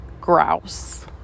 Grouse